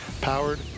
Powered